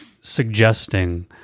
suggesting